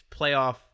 playoff